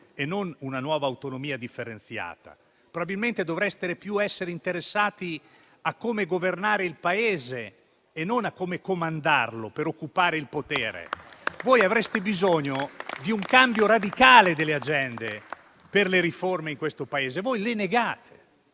e non una nuova autonomia differenziata. Probabilmente dovreste essere interessati più a come governare il Paese che non a come comandarlo per occupare il potere. Voi avreste bisogno di un cambio radicale delle agende per le riforme in questo Paese. Voi le negate.